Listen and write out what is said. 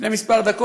לפני כמה דקות,